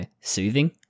soothing